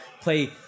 play